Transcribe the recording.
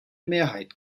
mehrheit